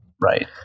Right